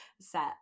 set